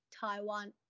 Taiwan